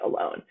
alone